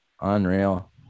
Unreal